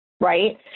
right